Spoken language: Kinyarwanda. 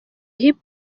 hip